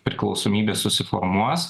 priklausomybė susiformuos